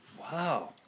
Wow